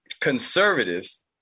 Conservatives